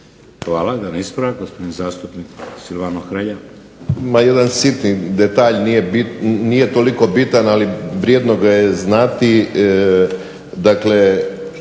Hvala. Jedan ispravak, gospodin zastupnik Silvano Hrelja.